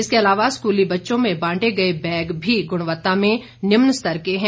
इसके अलावा स्कूली बच्चों को बांटे गए बैग भी गुणवत्ता में निम्न स्तर के हैं